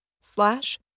Slash